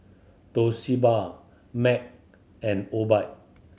Toshiba Mac and Obike